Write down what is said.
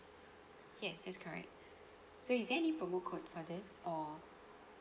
yes that's correct so is there any promo code for this or